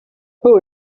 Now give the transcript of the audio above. who